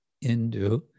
Hindu